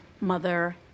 mother